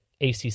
ACC